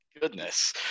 Goodness